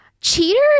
cheaters